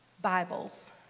Bibles